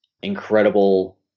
incredible